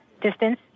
distance